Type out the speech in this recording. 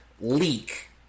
leak